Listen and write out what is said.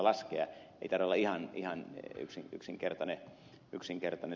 ei taida olla ihan yksinkertainen asia